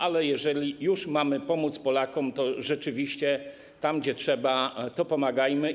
Ale jeżeli już mamy pomóc Polakom, to rzeczywiście tam, gdzie trzeba, pomagajmy.